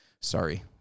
Sorry